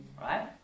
Right